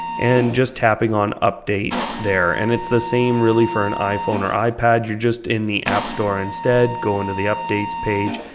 and just tapping on update there. and it's the same really for an iphone or ipad. you're just in the app store instead, going to the updates page,